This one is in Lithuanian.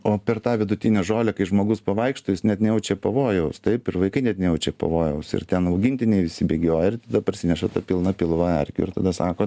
o per tą vidutinę žolę kai žmogus pavaikšto jis net nejaučia pavojaus taip ir vaikai net nejaučia pavojaus ir ten augintiniai visi bėgioja ir tada parsineša tą pilną pilvą erkių ir tada sako